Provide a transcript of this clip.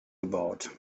about